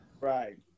Right